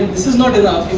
this is not enough,